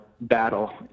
battle